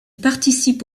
participe